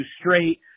straight